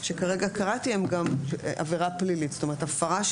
שכרגע קראתי, הם גם עבירה פלילית,